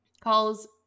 calls